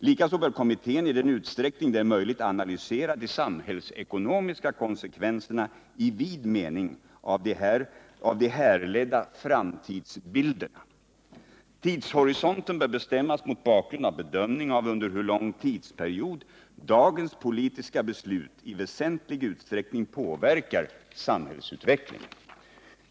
Likaså bör kommittén i den utsträckning det är möjligt analysera de samhällsekonomiska konsekvenserna i vid mening av de härledda framtidsbilderna. Tidshorisonten bör bestämmas mot bakgrund av bedömning av under hur lång tidsperiod dagens politiska beslut i väsentlig utsträckning påverkar samhällsutvecklingen.